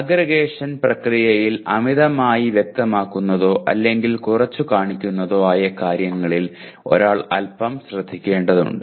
aggregation പ്രക്രിയയിൽ അമിതമായി വ്യക്തമാക്കുന്നതോ അല്ലെങ്കിൽ കുറച്ചുകാണിക്കുന്നതോ ആയ കാര്യങ്ങളിൽ ഒരാൾ അൽപ്പം ശ്രദ്ധിക്കേണ്ടതുണ്ട്